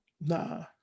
nah